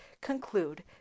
conclude